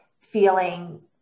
feeling